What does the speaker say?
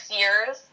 years